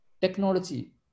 Technology